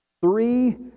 Three